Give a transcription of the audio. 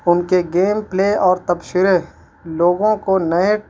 ان کے game play اور تبصرے لوگوں کو نئے